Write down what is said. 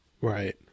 Right